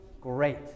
great